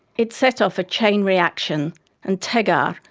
it set off a chain reaction and tegar,